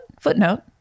Footnote